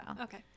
Okay